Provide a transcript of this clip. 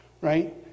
right